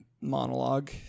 monologue